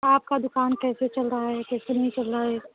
आपका दुकान कैसे चल रहा है कैसे नहीं चल रहा है